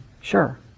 Sure